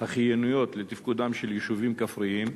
החיוניות לתפקודם של יישובים כפריים.